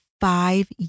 five